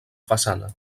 façana